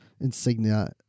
insignia